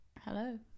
hello